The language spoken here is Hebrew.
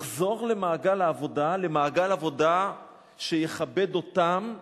לחזור למעגל העבודה, למעגל עבודה שיכבד אותם,